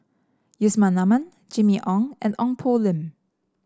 Yusman Aman Jimmy Ong and Ong Poh Lim